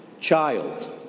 child